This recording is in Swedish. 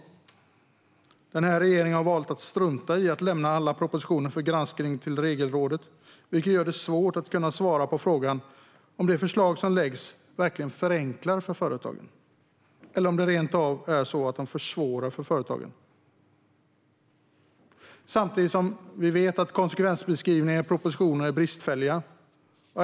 Men den här regeringen har valt att strunta i att lämna alla propositioner till Regelrådet för granskning, vilket gör det svårt att svara på frågan om de förslag som läggs fram verkligen förenklar för företagen eller om de rent av försvårar för företagen. Samtidigt vet vi att konsekvensbeskrivningarna i propositioner är bristfälliga.